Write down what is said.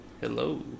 hello